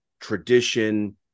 tradition